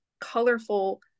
colorful